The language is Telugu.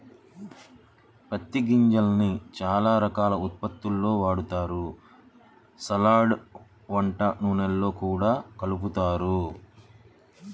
పత్తి గింజల్ని చానా రకాల ఉత్పత్తుల్లో వాడతారు, సలాడ్, వంట నూనెల్లో గూడా కలుపుతారు